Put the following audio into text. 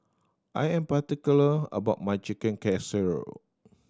I am particular about my Chicken Casserole